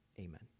amen